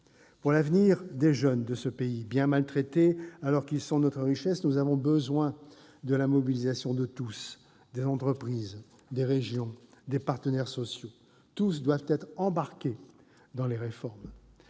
Pour l'avenir des jeunes de ce pays, bien maltraités alors qu'ils sont notre richesse, nous avons besoin de la mobilisation de tous, des entreprises, des régions, des partenaires sociaux. Tous doivent être embarqués dans les réformes.